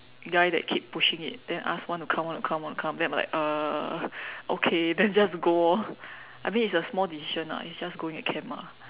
guy that keep pushing it then ask want to come want to come want to come then I'm like uh okay then just go orh I mean it's a small decision ah it's just going a camp mah